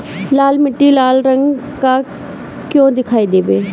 लाल मीट्टी लाल रंग का क्यो दीखाई देबे?